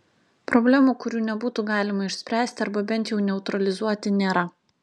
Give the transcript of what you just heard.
problemų kurių nebūtų galima išspręsti arba bent jau neutralizuoti nėra